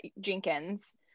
Jenkins